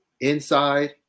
inside